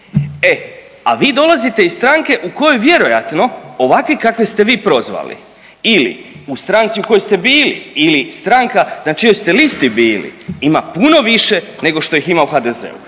E vi dolazite iz stranke u kojoj vjerojatno ovakvi kakve ste vi prozvali ili u stranci u kojoj ste bili ili stranka na čijoj ste listi bili ima puno više nego što ih ima u HDZ-u.